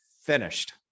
finished